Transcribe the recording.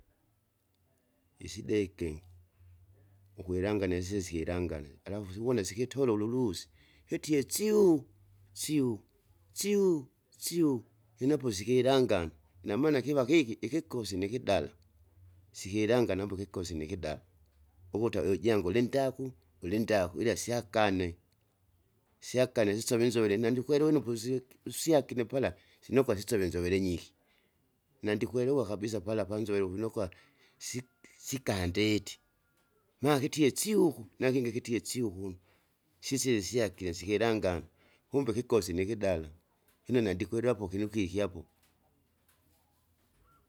Isideke, ukwilanga nisisi ilangale, alafu siwona sikitole ululusi, vitie syu syu syu syu lino apo sikilangana, inamaana kiva kiki ikikosi nikidale, sikilangana apo ikikosi nikida, ukuta ujangu lindaku, ulindaku ilya syakane. Syakane sisovi inzovile nandikwelewe une posiki usyakile pala, sinokwa sitove inzovere nyighi, nandikwelewa kabisa pala panzovele uvinokwa, sik- sikandeti. Nakitie syuku nakingi kitie syukunu, sisile syakile sikilangana, kumbe ikikosi nikidala, inonya ndikwere apo kulukiki apo.